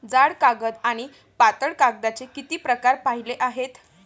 जाड कागद आणि पातळ कागदाचे किती प्रकार पाहिले आहेत?